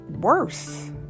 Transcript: worse